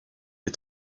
des